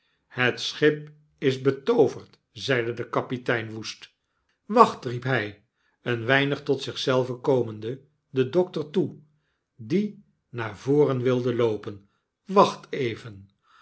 het schip is betooverd zeide de kapitein woest wacht riep hy een weinig tot zich zelven komende den dokter toe die naar voren wilde loopen a wacht even